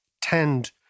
tend